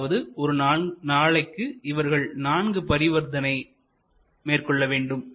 அதாவது ஒரு நாளைக்கு இவர்கள் நான்கு பரிவர்த்தனைகளை மேற்கொள்ள வேண்டும்